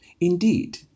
Indeed